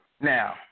Now